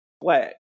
flag